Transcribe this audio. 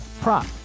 prop